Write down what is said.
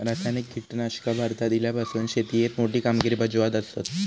रासायनिक कीटकनाशका भारतात इल्यापासून शेतीएत मोठी कामगिरी बजावत आसा